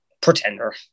Pretender